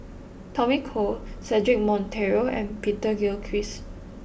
Tommy Koh Cedric Monteiro and Peter Gilchrist